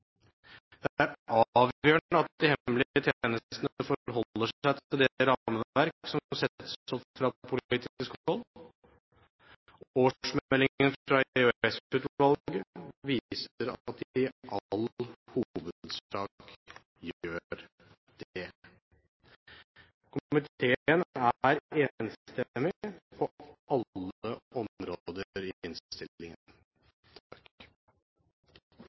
Det er avgjørende at de hemmelige tjenestene forholder seg til det rammeverk som settes opp fra politisk hold. Årsmeldingen fra EOS-utvalget viser at de i all hovedsak gjør det. Komiteen er enstemmig på alle områder